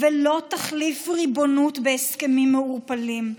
ולא תחליף ריבונות בהסכמים מעורפלים.